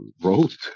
wrote